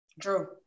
True